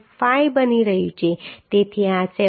5 બની રહ્યું છે તેથી આ 7